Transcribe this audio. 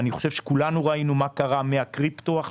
כולנו ראינו מה קרה עם הקריפטו עכשיו,